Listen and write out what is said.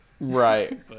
Right